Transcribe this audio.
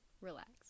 relax